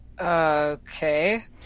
Okay